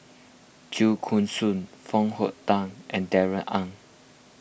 Chua Koon Siong Foo Hong Tatt and Darrell Ang